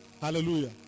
Hallelujah